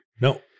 No